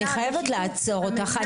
אני חייבת לעצור אותך.